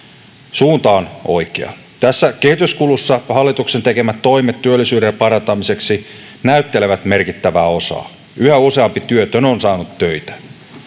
suunta on oikea tässä kehityskulussa hallituksen tekemät toimet työllisyyden parantamiseksi näyttelevät merkittävää osaa yhä useampi työtön on saanut töitä